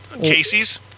Casey's